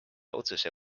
otsuse